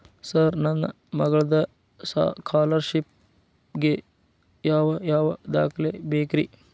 Sir ನನ್ನ ಮಗ್ಳದ scholarship ಗೇ ಯಾವ್ ಯಾವ ದಾಖಲೆ ಬೇಕ್ರಿ?